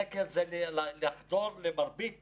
סקר זה לחדור למרבית